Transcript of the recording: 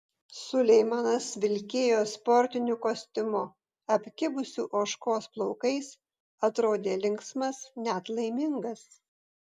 suleimanas vilkėjo sportiniu kostiumu apkibusiu ožkos plaukais atrodė linksmas net laimingas